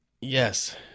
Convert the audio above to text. yes